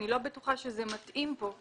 אני לא בטוחה שזה מתאים כאן.